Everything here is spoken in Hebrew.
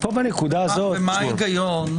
מה ההיגיון?